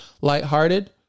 lighthearted